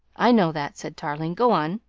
i know that, said tarling. go on.